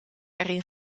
erin